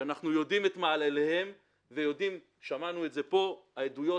אנחנו יודעים את מעלליה ושמענו את זה פה, העדויות